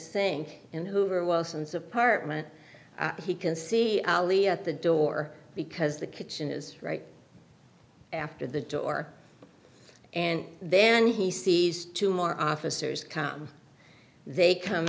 thing in hoover wilson's apartment and he can see alley at the door because the kitchen is right after the door and then he sees two more officers come they come